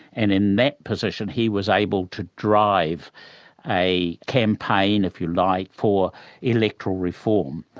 and in that position he was able to drive a campaign if you like, for electoral reform.